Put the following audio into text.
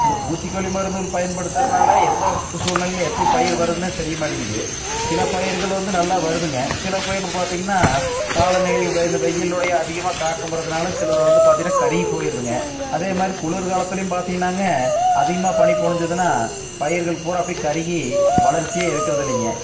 இந்த பூச்சிக்கொல்லி மருந்துகள் பயன்படுத்தறனால எந்த சூழ்நிலையில எப்படி பயிர் வருதுன்னே தெரிய மாட்டிங்கிது சில பயிர்கள் வந்து நல்லா வருதுங்க சில பயிர் பார்த்திங்கன்னா காலநிலை வெ இந்த வெயிலோடைய அதிகமாக தாக்கம் வரதுனால சிலது வந்து பார்த்தினா கருகி போயிருதுங்க அதே மாரி குளிர் காலத்திலையும் பார்த்திங்கன்னாங்க அதிகமாக பனி பொழிஞ்சிதுன்னா பயிர்கள் பூரா அப்டே கருகி வளர்ச்சியே இருக்கறதில்லிங்க